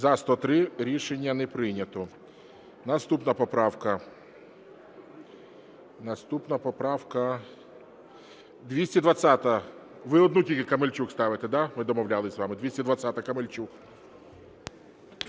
За-103 Рішення не прийнято. Наступна поправка 220. Ви одну тільки, Камельчук, ставите, да? Ми домовлялися з вами. 220-а, Камельчук.